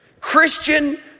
Christian